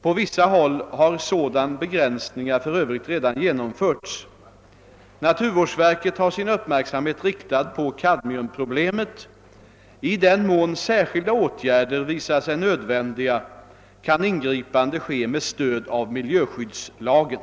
På vissa håll har sådana begränsningar för övrigt redan genomförts. Naturvårdsverket har sin uppmärksamhet riktad på kadmiumproblemet. I den mån särskilda åtgärder visar sig nödvändiga kan ingripande ske med stöd av miljöskyddslagen.